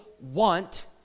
want